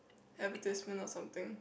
advertisement or something